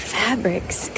fabrics